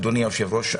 אדוני היושב-ראש,